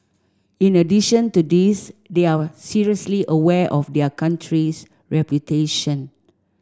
in addition to this they are seriously aware of their country's reputation